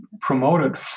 promoted